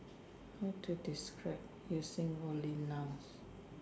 how to describe using only nouns